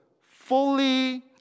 fully